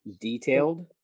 Detailed